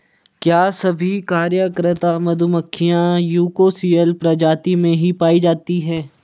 क्या सभी कार्यकर्ता मधुमक्खियां यूकोसियल प्रजाति में ही पाई जाती हैं?